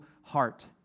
heart